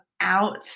out